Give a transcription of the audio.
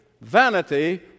vanity